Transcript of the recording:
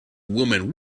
woman